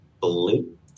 blue